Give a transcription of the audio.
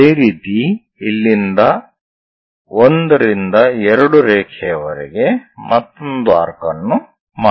ಅದೇ ರೀತಿ ಇಲ್ಲಿಂದ 1 ರಿಂದ 2 ರೇಖೆಯವರೆಗೆ ಮತ್ತೊಂದು ಆರ್ಕ್ ಅನ್ನು ಮಾಡಿ